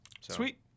Sweet